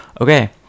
Okay